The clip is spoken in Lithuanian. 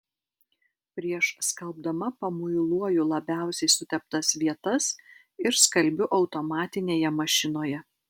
prieš skalbdama pamuiluoju labiausiai suteptas vietas ir skalbiu automatinėje mašinoje